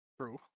True